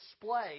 display